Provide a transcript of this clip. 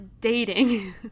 dating